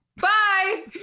Bye